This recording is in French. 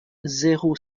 zéro